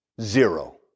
Zero